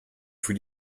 für